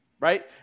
Right